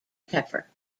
pepper